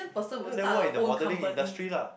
ya then work in the modelling industry lah